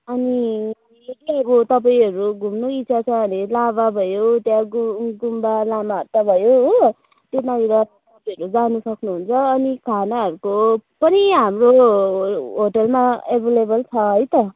अनि त्यहाँदेखिको तपाईँहरू घुम्नु इच्छा छ भने लाभा भयो त्यहाँको गुम्बा लामाहट्टा भयो हो त्यसमा अन्त तपाईँहरू जानु सक्नुहुन्छ अनि खानाहरूको पनि हाम्रो होटलमा अभाइलेबल छ है त